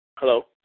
Hello